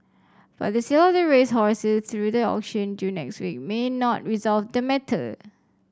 but the sale of the racehorses through the auction due next week may not resolve the matter